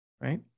right